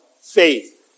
Faith